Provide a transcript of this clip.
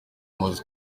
muzi